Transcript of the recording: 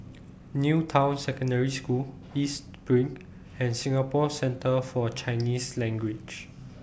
New Town Secondary School East SPRING and Singapore Centre For Chinese Language